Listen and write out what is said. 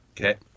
Okay